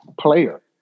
player